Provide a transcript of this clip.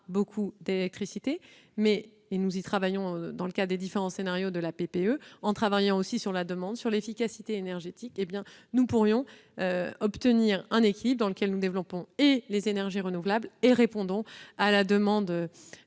beaucoup d'électricité ; nous y travaillons dans le cadre des différents scénarios de la PPE. En menant une réflexion sur la demande et sur l'efficacité énergétique, nous pourrions obtenir un équilibre dans lequel nous développerons les énergies renouvelables et nous répondrons à la demande